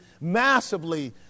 massively